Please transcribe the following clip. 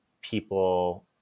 people